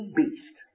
beast